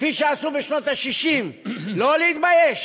כפי שעשו בשנות ה-60, לא להתבייש.